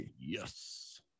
Yes